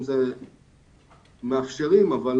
אם מאפשרים, אז